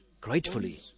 gratefully